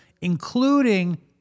including